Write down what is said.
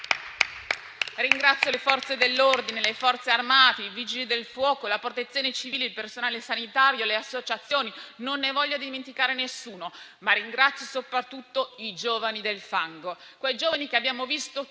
Ringrazio le Forze dell'ordine, le Forze armate, i Vigili del fuoco, la Protezione civile, il personale sanitario, le associazioni. Non voglio dimenticare nessuno. Ringrazio soprattutto i giovani del fango: quei giovani che abbiamo visto tutti